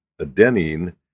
adenine